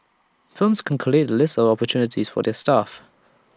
firms can collate A list of opportunities for their staff